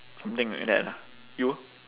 something like that lah you